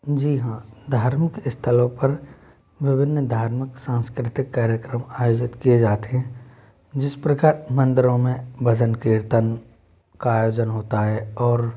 जी हाँ धार्मिक स्थलों पर विभिन्न धार्मिक सांस्कृतिक कार्यक्रम आयोजित किए जाते हैं जिस प्रकार मंदिरों में भजन कीर्तन का आयोजन होता है और